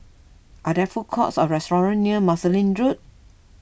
are there food courts or restaurants near Marsiling Road